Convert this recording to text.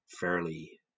fairly